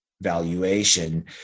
valuation